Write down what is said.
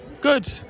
Good